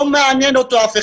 את אף אחד זה לא מעניין.